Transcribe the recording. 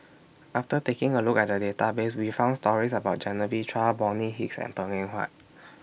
after taking A Look At The Database We found stories about Genevieve Chua Bonny Hicks and Png Eng Huat